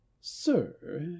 Sir